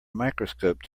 microscope